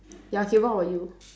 ya K what about you